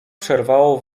przerwało